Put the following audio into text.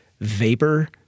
vapor